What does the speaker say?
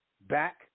back